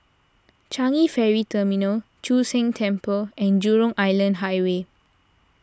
Changi Ferry Terminal Chu Sheng Temple and Jurong Island Highway